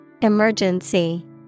Emergency